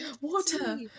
Water